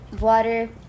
water